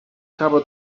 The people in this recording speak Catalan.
cava